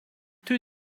too